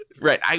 Right